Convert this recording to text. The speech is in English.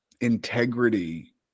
integrity